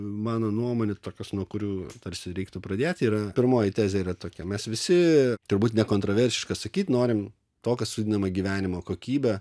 mano nuomone tokios nuo kurių tarsi reiktų pradėti yra pirmoji tezė yra tokia mes visi turbūt nekontroversiška sakyti norim to kas vadinama gyvenimo kokybe